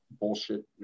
bullshit